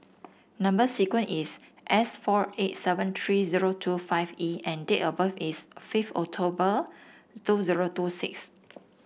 number sequence is S four eight seven three zero two five E and date of birth is fifth October two zero two six